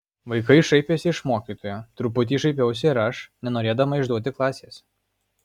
vaikai šaipėsi iš mokytojo truputį šaipiausi ir aš nenorėdama išduoti klasės